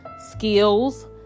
skills